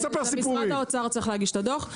משרד האוצר צריך להגיש את הדוח.